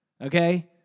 okay